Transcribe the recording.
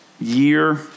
year